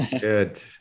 Good